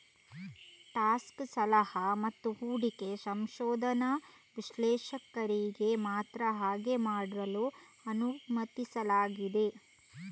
stock ಸಲಹಾ ಮತ್ತು ಹೂಡಿಕೆ ಸಂಶೋಧನಾ ವಿಶ್ಲೇಷಕರಿಗೆ ಮಾತ್ರ ಹಾಗೆ ಮಾಡಲು ಅನುಮತಿಸಲಾಗಿದೆ